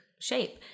shape